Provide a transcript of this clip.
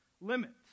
limits